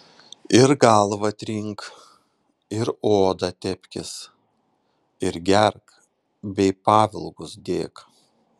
ir galvą trink ir odą tepkis ir gerk bei pavilgus dėk